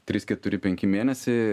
trys keturi penki mėnesiai